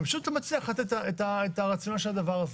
אני פשוט לא מצליח להבין את הרציונל של הדבר הזה.